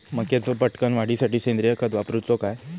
मक्याचो पटकन वाढीसाठी सेंद्रिय खत वापरूचो काय?